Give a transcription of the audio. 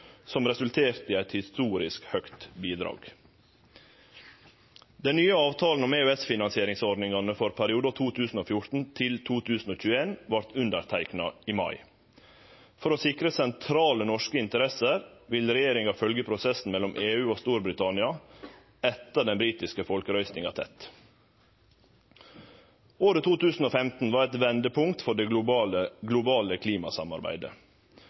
som resulterte i eit historisk høgt bidrag. Den nye avtalen om EØS-finansieringsordningane for perioden 2014–2021 vart underteikna i mai. For å sikre sentrale norske interesser vil regjeringa følgje prosessen mellom EU og Storbritannia etter den britiske folkerøystinga tett. Året 2015 var eit vendepunkt for det globale klimasamarbeidet.